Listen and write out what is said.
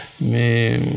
Mais